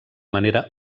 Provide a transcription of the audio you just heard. manera